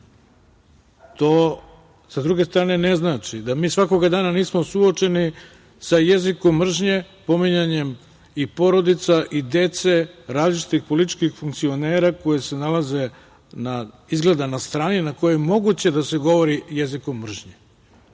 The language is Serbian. sa druge strane, ne znači da mi svakoga dana nismo suočeni sa jezikom mržnje, pominjanjem i porodica i dece različitih političkih funkcionera koji se nalaze izgleda na strani na kojoj je moguće da se govori jezikom mržnje. To